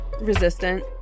Resistant